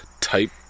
type